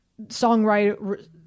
songwriter